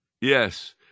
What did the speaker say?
yes